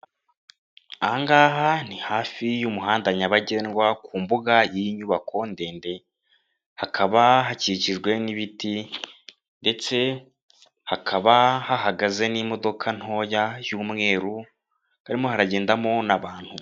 Aha ngaha ni hafi y'umuhanda nyabagendwa ku mbuga y'inyubako ndende hakaba hakikijwe n'ibiti ndetse hakaba hahagaze n'imodoka ntoya y'umweru harimo haragendamo n'abantu.